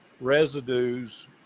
residues